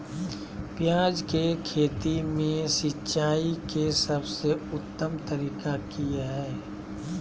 प्याज के खेती में सिंचाई के सबसे उत्तम तरीका की है?